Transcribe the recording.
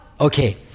Okay